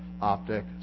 Optic